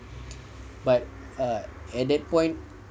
but at that point